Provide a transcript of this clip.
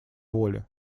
воле